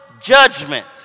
judgment